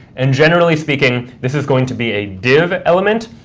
and generally speaking, this is going to be a div element.